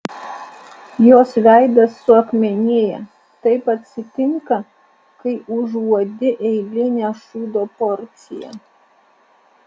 jos veidas suakmenėja taip atsitinka kai užuodi eilinę šūdo porciją